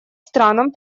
странам